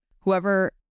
whoever